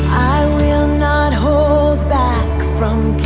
will not hold back from